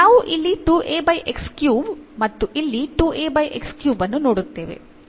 ನಾವು ಇಲ್ಲಿ ಮತ್ತು ಇಲ್ಲಿ ಅನ್ನು ನೋಡುತ್ತೇವೆ